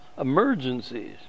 emergencies